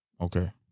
Okay